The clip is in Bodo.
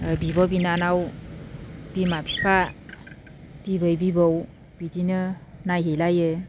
बिब' बिनानाव बिमा बिफा बिबै बिबौ बिदिनो नायहै लायो